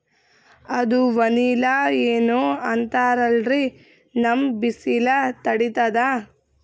ಅದು ವನಿಲಾ ಏನೋ ಅಂತಾರಲ್ರೀ, ನಮ್ ಬಿಸಿಲ ತಡೀತದಾ?